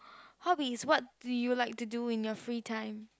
hobbies what do you like to do in your free time